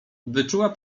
wyczuła